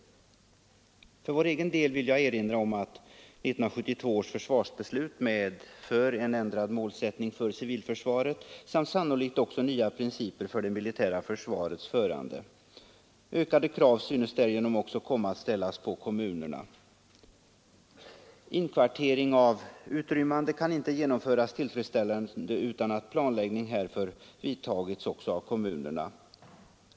För vår egen del vill jag erinra om att 1972 års försvarsbeslut medför en ändrad målsättning för civilförsvaret samt sannolikt också nya principer för det militära försvarets förande. Ökade krav synes därigenom också komma att ställas på kommunerna. Inkvartering av utrymmande kan inte genomföras tillfredsställande utan att planläggning härför vidtagits också av kommunerna.